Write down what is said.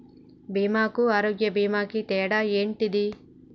బీమా కు ఆరోగ్య బీమా కు తేడా ఏంటిది?